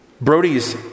Brody's